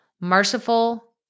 merciful